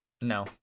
No